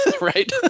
right